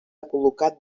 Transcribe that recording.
col·locat